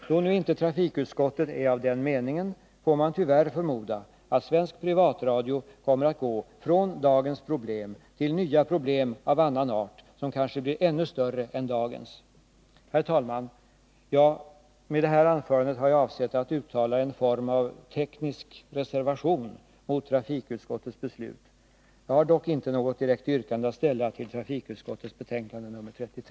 Då nu inte trafikutskottet är av den meningen får man tyvärr förmoda att svensk privatradio kommer att gå från dagens problem till problem av annan art, som kanske blir ännu större än dagens. Herr talman! Med det här anförandet har jag avsett att uttala en form av teknisk reservation mot trafikutskottets beslut. Jag har dock inte något direkt yrkande att ställa i anslutning till trafikutskottets betänkande nr 33.